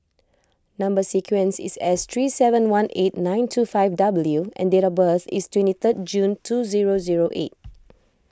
Number Sequence is S three seven one eight nine two five W and date of birth is twenty third June two zero zero eight